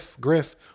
Griff